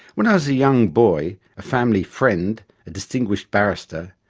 when i was a young boy a family friend, a distinguished barrister,